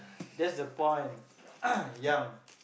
that's the point young